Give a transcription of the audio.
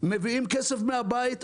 מביאים כסף מהבית,